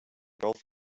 golf